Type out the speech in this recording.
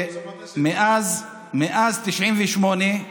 מאז 1998,